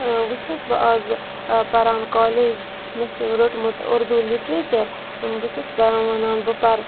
وٕ چھَس بہٕ آز پَران کالیج مےٚ چھِ روٚٹمُت اُردو لِٹریچَر بہٕ چھَس بہٕ وَنان بہٕ پَر